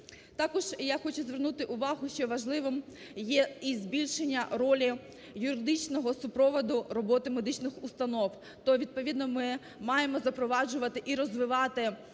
Також я хочу звернути увагу, що важливим є і збільшення ролі юридичного супроводу роботи медичних установ. То відповідно ми маємо запроваджувати і розвивати